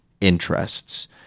interests